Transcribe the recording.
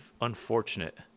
unfortunate